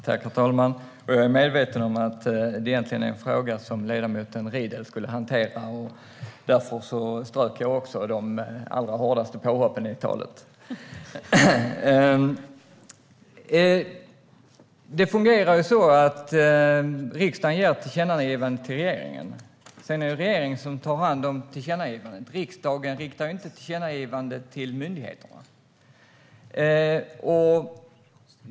Herr talman! Jag är medveten om att detta egentligen är en fråga som ledamoten Riedl skulle hantera. Därför strök jag också de allra hårdaste påhoppen i mitt anförande. Det fungerar så att riksdagen gör ett tillkännagivande till regeringen. Sedan är det regeringen som tar hand om tillkännagivandet. Riksdagen riktar inte tillkännagivanden till myndigheterna.